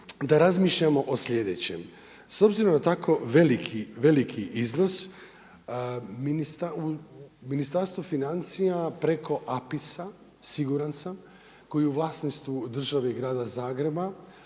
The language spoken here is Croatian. da razmišljamo o sljedećem, s obzirom na tako veliki iznos, Ministarstvo financija preko APIS-a siguran sam koji je u vlasništvu države i grada Zagreba,